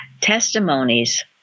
testimonies